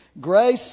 Grace